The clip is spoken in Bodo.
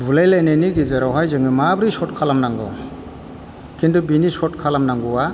बुलायलायनायनि गेजेरावहाय जोङो माबोरै सर्त खालामनांगौ किन्तु बेनि सर्त खालामनांगौआ